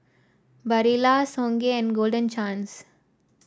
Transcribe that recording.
Barilla Songhe and Golden Chance